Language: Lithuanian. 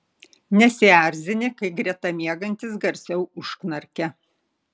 nesierzini kai greta miegantis garsiau užknarkia